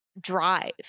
drive